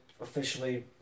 officially